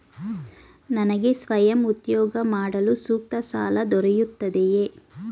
ನನಗೆ ಸ್ವಯಂ ಉದ್ಯೋಗ ಮಾಡಲು ಸೂಕ್ತ ಸಾಲ ದೊರೆಯುತ್ತದೆಯೇ?